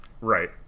right